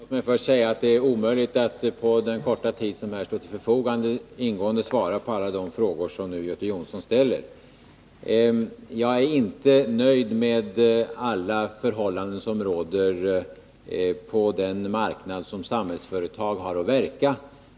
Herr talman! Låt mig först säga att det är omöjligt att på den korta tid som här står till förfogande ingående svara på alla de frågor som Göte Jonsson ställer. Jag är inte nöjd med alla förhållanden som råder på den marknad som Samhällsföretag har att verka på.